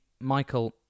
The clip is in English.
Michael